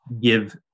give